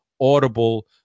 audible